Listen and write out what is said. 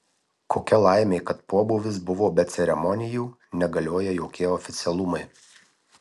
kokia laimė kad pobūvis buvo be ceremonijų negalioja jokie oficialumai